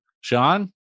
Sean